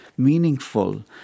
meaningful